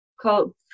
called